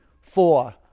four